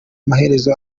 amaherezo